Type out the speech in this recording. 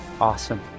Awesome